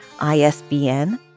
ISBN